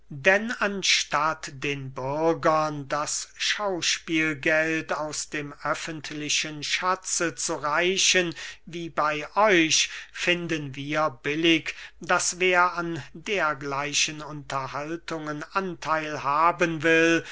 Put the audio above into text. denn anstatt den bürgern das schauspielgeld aus dem öffentlichen schatze zu reichen wie bey euch finden wir billig daß wer an dergleichen unterhaltungen antheil haben will